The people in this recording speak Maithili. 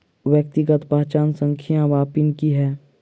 व्यक्तिगत पहचान संख्या वा पिन की है?